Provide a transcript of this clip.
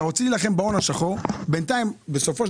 אתם רוצים להילחם בהון השחור ובסופו של